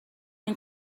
این